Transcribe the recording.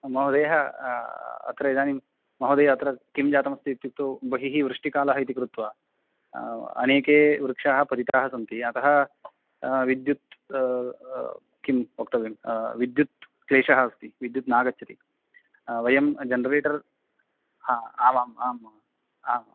महोदय अत्र इदानीं महोदय अत्र किं जातमस्ति इत्युक्तौ बहिः वृष्टिकालः इति कृत्वा अनेके वृक्षाः पतिताः सन्ति अतः विद्युत् किं वक्तव्यं विद्युत् क्लेशः अस्ति विद्युत् नागच्छति वयं जनरेटर् हा आमाम् आम् आम्